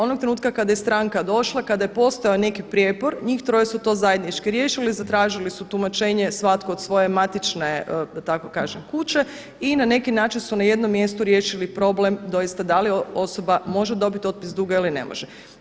Onog trenutka kada je stranka došla, kada je postojao neki prijepor njih troje su to zajednički riješili, zatražili su tumačenje svatko od svoje matične da tako kažem kuće i na neki način su na jednom mjestu riješili problem doista da li osoba može dobiti otpis duga ili ne može.